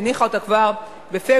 הניחה אותה כבר בפברואר.